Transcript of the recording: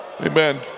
Amen